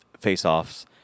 face-offs